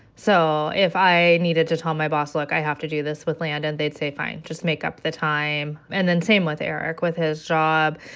so if i needed to tell my boss, look, i have to do this with landon, they'd say, fine, just make up the time. and then same with eric. with his job,